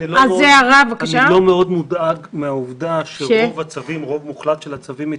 אני לא מאוד מודאג מהעובדה שרוב הצווים מתקבלים,